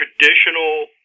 traditional